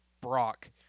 Brock